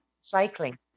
cycling